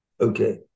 Okay